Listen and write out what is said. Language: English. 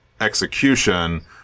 execution